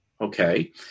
okay